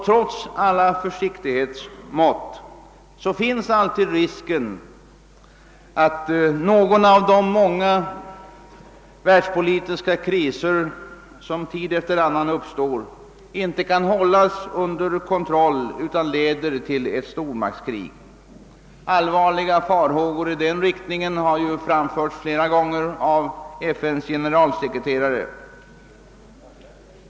Trots alla försiktighetsmått finns alltid den risken att någon av de många världspolitiska kriser som tid efter annan uppstår inte kan hållas under kontroll, utan leder till ett stormaktskrig. Allvarliga farhågor i den riktningen har flera gånger framförts av FN:s generalsekreterare.